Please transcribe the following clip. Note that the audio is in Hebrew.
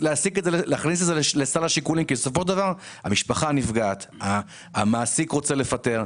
כי בסופו של דבר המשפחה נפגעת, המעסיק רוצה לפטר.